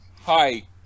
Hi